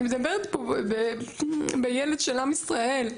אני מדברת פה על ילד של עם ישראל.